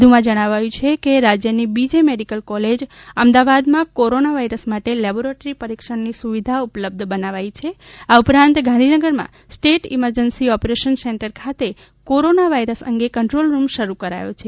વધુમાં જણાવાયું છે કે રાજયની બી જે મેડીકલ કોલેજ અમદાવાદમાં કોરોના વાયરસ માટે લેબોરેટરી પરિક્ષણની સુવિધા ઉપલબ્ધ બનાવાઇ છે આ ઉપરાંત ગાંધીનગરમાં સ્ટેટ ઇમરજન્સી ઓપરેશન સેન્ટર ખાતે કોરોના વાયરસ અંગે કંટ્રોલરૂમ શરૂ કરાયો છે